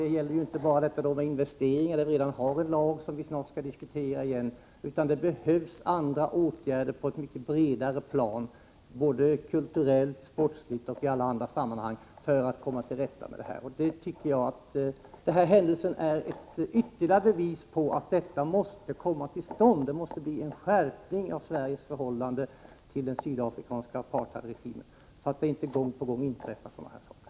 Det gäller inte bara investeringar i Sydafrika — på den punkten har vi redan en lag, som vi snart skall diskutera igen — utan det behövs andra åtgärder, på ett mycket bredare plan, kulturellt, sportsligt och i alla andra sammanhang, för att vi skall kunna komma till rätta med dessa företeelser. Den inträffade händelsen är ytterligare ett bevis för att något sådant måste komma till stånd. Det måste till en skärpning av Sveriges förhållande till den sydafrikanska apartheidregimen, så att sådana här saker inte skall fortsätta att inträffa gång på gång.